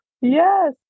Yes